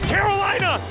Carolina